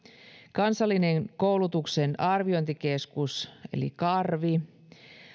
kansallinen koulutuksen arviointikeskus karvi